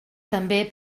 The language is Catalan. també